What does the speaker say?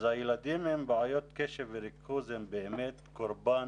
אז הילדים עם בעיות קשב וריכוז הם באמת קורבן